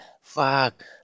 Fuck